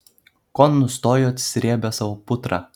ko nustojot srėbę savo putrą